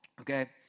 Okay